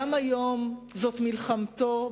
גם היום זו מלחמתו,